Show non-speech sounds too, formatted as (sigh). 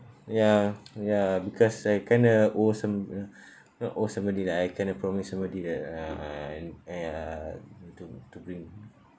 ya ya because I kinda owe some uh (breath) not owe somebody like I kind of promise somebody that uh and I uh to to bring